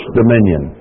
dominion